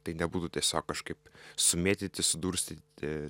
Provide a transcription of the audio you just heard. tai nebūtų tiesiog kažkaip sumėtyti sudurstyti